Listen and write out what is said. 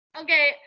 Okay